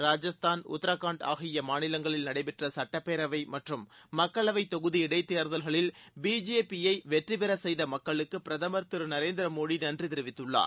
ராஜஸ்தான் உத்ராகண்ட் ஆகிய மாநிலங்களில் நடைபெற்ற சுட்டப்பேரவை மற்றும் மக்களவை தொகுதி இடைத் தேர்தல்களில் பிஜேபியை வெற்றிபெற செய்த மக்களுக்கு பிரதமர் திரு நரேந்திர மோதி நன்றி தெரிவித்துள்ளார்